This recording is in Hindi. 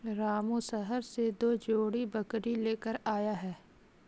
रामू शहर से दो जोड़ी बकरी लेकर आया है